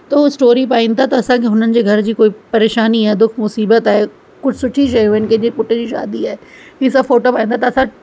त उहे स्टोरी पाइनि था त असांखे हुननि जे घर जी कोई परेशानी आहे दुख मुसीबत आहे कुझु सुठी शयूं आहिनि कंहिंजे पुट जी शादी आहे इहे सभु फोटो पाइनि था त असां